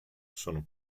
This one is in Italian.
sono